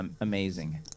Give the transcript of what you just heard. amazing